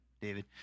David